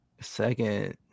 Second